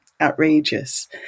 outrageous